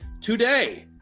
today